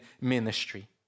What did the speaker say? ministry